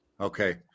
Okay